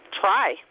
try